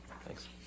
thanks